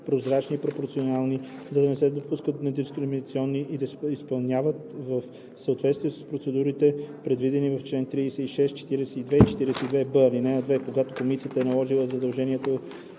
прозрачни и пропорционални, да не допускат дискриминация и да се изпълняват в съответствие с процедурите, предвидени в чл. 36, 42 и 42б. (2) Когато комисията е наложила задължения